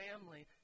family